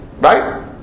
Right